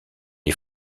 est